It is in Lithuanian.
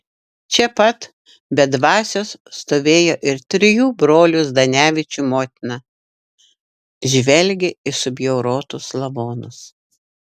čia pat be dvasios stovėjo ir trijų brolių zdanevičių motina žvelgė į subjaurotus lavonus